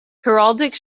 heraldic